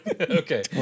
okay